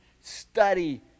study